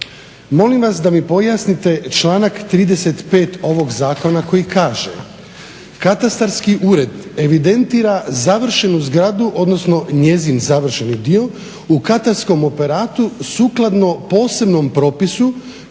molim vas da mi pojasnite članak 35. ovog zakona koji kaže: "Katastarski ured evidentira završenu zgradu, odnosno njezin završeni dio u katarskom operatu sukladno posebnom propisu